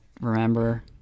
remember